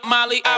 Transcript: Molly